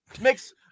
Makes